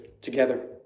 together